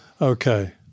okay